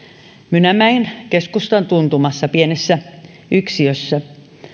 mynämäen keskustan tuntumassa pienessä yksiössä